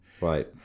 Right